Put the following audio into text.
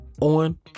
On